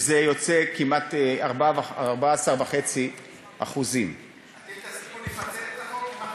זה יוצא כמעט 14.5%. אתם תסכימו לפצל את החוק עם החקלאים,